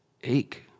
ache